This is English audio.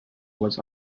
was